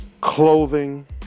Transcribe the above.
clothing